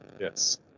Yes